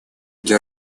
для